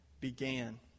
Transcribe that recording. began